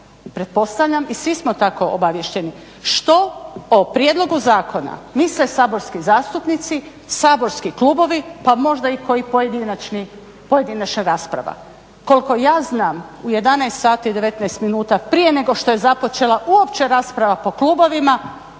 i svi smo tako obaviješteni što o prijedlogu zakona misle saborski zastupnici, saborski klubovi pa možda i koji pojedinačna rasprava. Koliko ja znam u 11,19 minuta prije nego što je započela uopće rasprava po klubovima